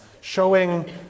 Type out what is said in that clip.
showing